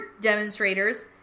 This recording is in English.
demonstrators